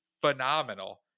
phenomenal